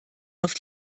auf